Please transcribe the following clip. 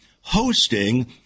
hosting